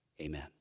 Amen